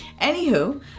Anywho